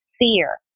fear